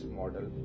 model